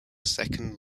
second